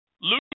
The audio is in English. Luke